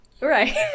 right